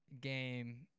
game